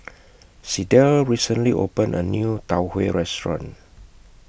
Sydell recently opened A New Tau Huay Restaurant